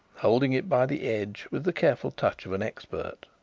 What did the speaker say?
holding it by the edge with the careful touch of an expert.